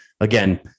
Again